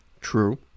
True